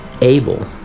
Abel